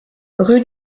rue